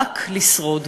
רק לשרוד.